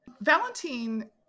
Valentine